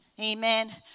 amen